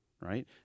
right